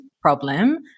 problem